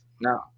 No